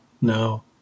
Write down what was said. No